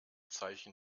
zeichen